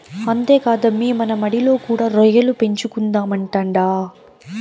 అంతేకాదమ్మీ మన మడిలో కూడా రొయ్యల పెంచుదామంటాండా